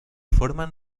forman